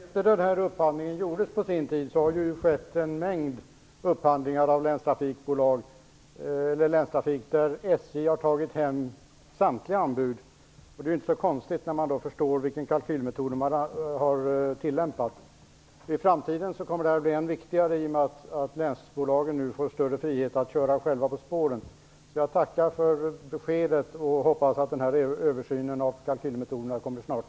Fru talman! Efter det att den här upphandlingen gjordes på sin tid har det skett en mängd upphandlingar av länstrafik där SJ har tagit hem samtliga anbud. Det är inte så konstigt när man förstår vilken kalkylmetod SJ har tillämpat. I framtiden kommer detta att bli än viktigare i och med att länsbolagen får större frihet att köra själva på spåren. Jag tackar för beskedet och hoppas att den här översynen av kalkylmetoderna görs snart.